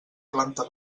planta